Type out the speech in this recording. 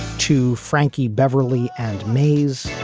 to frankie, beverly and maze